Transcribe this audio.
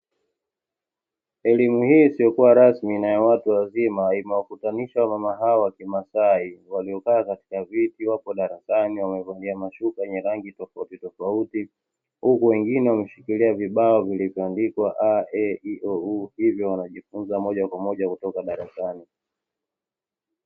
Elimu hii isiyo kubwa rasmi na watu wazima imewakutanisha wamama hawa wa kimasai waliokaa katika viti, wapo darasani wamevalia mashuka yenye rangi tofautitofauti huku wengine wakiwa wameshikilia vibao vilivyoandikwa a, e, i, o, u hivyo wanajifunza moja kwa moja kutoka darasani.